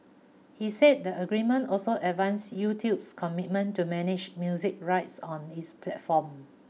he said the agreement also advanced YouTube's commitment to manage music rights on its platform